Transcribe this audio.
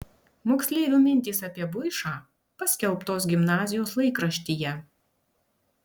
moksleivių mintys apie buišą paskelbtos gimnazijos laikraštyje